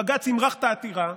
בג"ץ ימרח את העתירה,